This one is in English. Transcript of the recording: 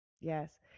Yes